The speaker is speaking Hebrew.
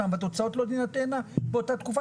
הבדיקות ואז התוצאות לא יהיו באותה תקופה.